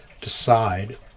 decide